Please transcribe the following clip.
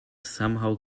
somehow